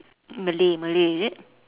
malay malay is it